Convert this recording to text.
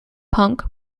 punk